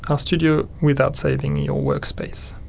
rstudio without saving your workspace.